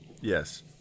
Yes